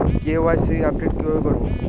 KYC update কিভাবে করবো?